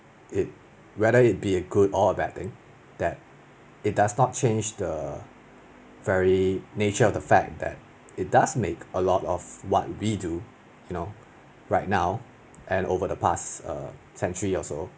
it whether it be a good or a bad thing that it does not change the very nature of the fact that it does make a lot of what we do you know right now and over the past err centuries or so